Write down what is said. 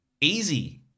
Easy